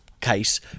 case